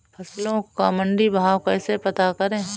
फसलों का मंडी भाव कैसे पता करें?